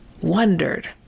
wondered